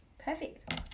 Perfect